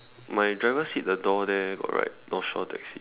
my driver seat the door there got write north Shore taxi